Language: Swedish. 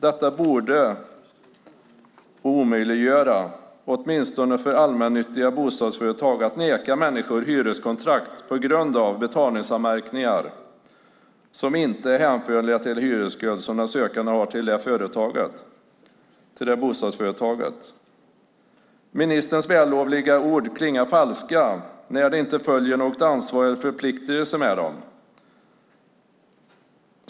Det borde omöjliggöras, åtminstone för allmännyttiga bostadsföretag, att neka människor hyreskontrakt på grund av betalningsanmärkningar som inte är hänförliga till hyresskuld som den sökande har hos det aktuella bostadsföretaget. Ministerns vällovliga ord klingar falskt när de inte åtföljs av något ansvar eller några förpliktelser.